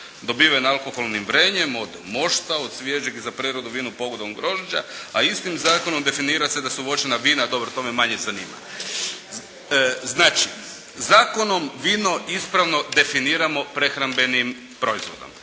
dobiven alkoholnim vrenjem od mošta, od svježeg za preradu vina pogodnog grožđa a istim Zakonom definira se da su … /Govornik se ne razumije./ … vina, dobro to me manje zanima. Znači Zakonom vino ispravno definiramo prehrambenim proizvodom.